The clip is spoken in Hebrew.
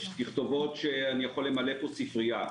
יש תכתובות שאני יכול למלא ספרייה.